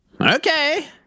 Okay